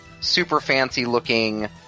super-fancy-looking